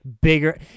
bigger